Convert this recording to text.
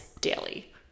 daily